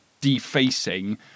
defacing